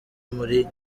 muri